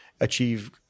achieve